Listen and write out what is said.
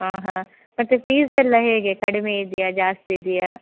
ಹಾಂ ಹಾಂ ಮತ್ತು ಫೀಸೆಲ್ಲ ಹೇಗೆ ಕಡಿಮೆ ಇದೆಯಾ ಜಾಸ್ತಿ ಇದೆಯಾ